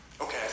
Okay